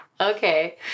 Okay